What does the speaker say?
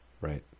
Right